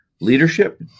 leadership